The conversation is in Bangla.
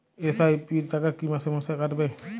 এস.আই.পি র টাকা কী মাসে মাসে কাটবে?